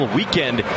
weekend